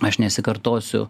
aš nesikartosiu